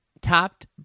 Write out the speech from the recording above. topped